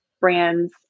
brand's